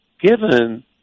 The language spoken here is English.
given